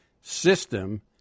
system